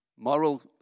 Moral